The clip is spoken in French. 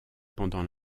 pendant